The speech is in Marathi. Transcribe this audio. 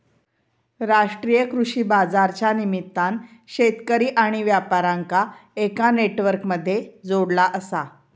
राष्ट्रीय कृषि बाजारच्या निमित्तान शेतकरी आणि व्यापार्यांका एका नेटवर्क मध्ये जोडला आसा